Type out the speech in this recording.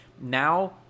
Now